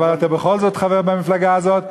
אבל אתה בכל זאת חבר במפלגה הזאת.